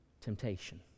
Temptation